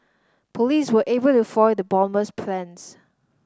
police were able to foil the bomber's plans